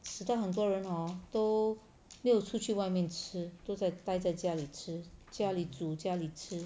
实在很多人都溜出去外面吃住在呆在家里吃家里煮家里吃